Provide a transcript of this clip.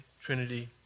Trinity